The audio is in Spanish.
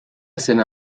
escena